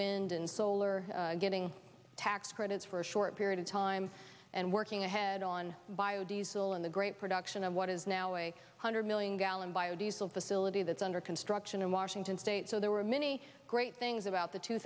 wind and solar giving tax credits for a short period of time and working ahead on bio diesel in the great production of what is now a hundred million gallon biodiesel facility that's under construction in washington state so there were many great things about the two